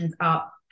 up